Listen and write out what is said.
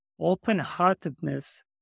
open-heartedness